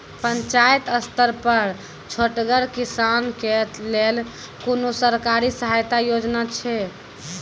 पंचायत स्तर पर छोटगर किसानक लेल कुनू सरकारी सहायता योजना छै?